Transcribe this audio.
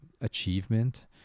achievement